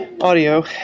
audio